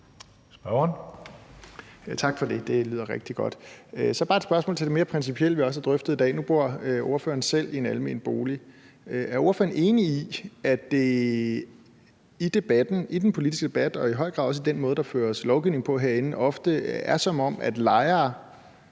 (EL): Tak for det. Det lyder rigtig godt. Så har jeg bare et spørgsmål til det mere principielle, som vi også har drøftet i dag, og nu bor ordføreren selv i en almen bolig. Er ordføreren enig i, at det i debatten, den politiske debat, og i høj grad også den måde, der herinde laves lovgivning på, ofte er, som om lejere